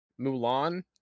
mulan